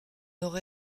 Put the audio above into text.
nord